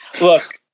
Look